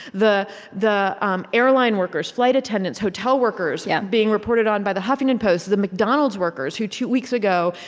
the the um airline workers, flight attendants, hotel workers yeah being reported on by the huffington post, the mcdonalds workers who, two weeks ago,